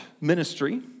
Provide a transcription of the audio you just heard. ministry